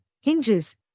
hinges